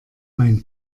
mein